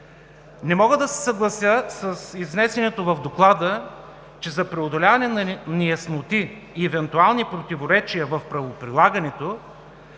Не мога да се съглася с изнесеното в доклада, че за преодоляване на неясноти и евентуални противоречия в правоприлагането